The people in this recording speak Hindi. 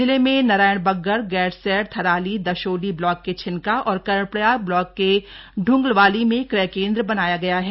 जिले में नारायणबगड गैरसैंण थराली दशोली ब्लाक के छिनका और कर्णप्रयाग ब्लाक के ढंगल्वाली में क्रय केन्द्र बनाया गया है